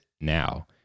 now